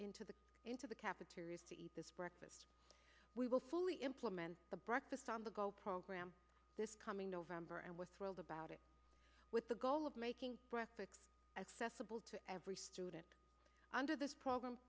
into the into the cafeteria to eat this breakfast we will fully implement the breakfast on the go program this coming november and with thrilled about it with the goal of making graphics at festival to every student under this program